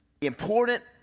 important